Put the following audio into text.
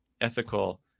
ethical